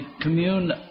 commune